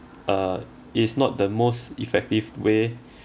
uh is not the most effective way